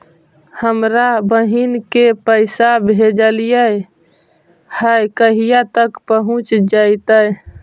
हमरा बहिन के पैसा भेजेलियै है कहिया तक पहुँच जैतै?